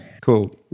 Cool